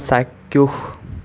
চাক্ষুস